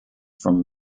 from